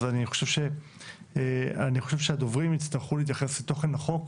אז אני חושב שהדוברים יצטרכו להתייחס לתוכן החוק,